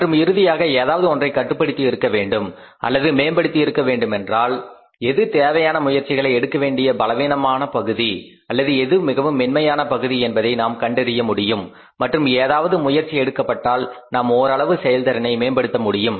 மற்றும் இறுதியாக ஏதாவது ஒன்றை கட்டுபடுத்தியிருக்க வேண்டும் அல்லது மேம்படுத்தியிருக்கவேண்டுமென்றால் எது தேவையான முயற்சிகளை எடுக்க வேண்டிய பலவீனமான பகுதி அல்லது எது மிகவும் மென்மையான பகுதி என்பதை நாம் கண்டறிய முடியும் மற்றும் ஏதாவது முயற்சி எடுக்கப்பட்டால் நாம் ஓரளவு செயல்திறனை மேம்படுத்த முடியும்